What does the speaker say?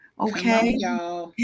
Okay